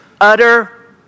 utter